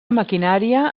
maquinària